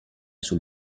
sul